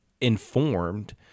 informed